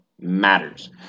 matters